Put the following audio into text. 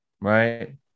right